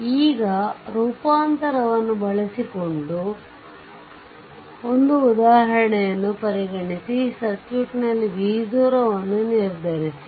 ಈಗ ಮೂಲ ರೂಪಾಂತರವನ್ನು ಬಳಸಿಕೊಂಡು ಒಂದು ಉದಾಹರಣೆಯನ್ನು ಪರಿಗಣಿಸಿ ಸರ್ಕ್ಯೂಟ್ನಲ್ಲಿ v0 ಅನ್ನು ನಿರ್ಧರಿಸಿ